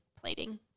plating